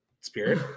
spirit